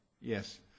Yes